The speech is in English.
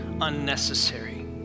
unnecessary